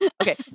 Okay